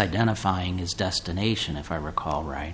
identifying his destination if i recall right